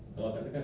mm